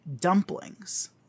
dumplings